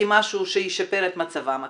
כמשהו שישפר את מצבם הכלכלי,